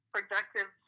Productive